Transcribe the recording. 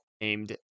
named